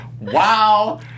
Wow